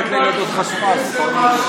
קיבלתם תשובה,